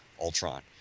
Ultron